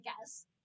guess